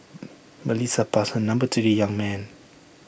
Melissa passed her number to the young man